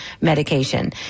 medication